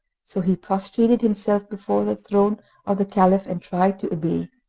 so he prostrated himself before the throne of the caliph and tried to obey,